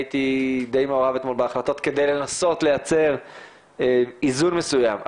הייתי די מעורב אתמול בהחלטות כדי לנסות לייצר איזון מסויים.